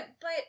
but-